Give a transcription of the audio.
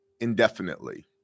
indefinitely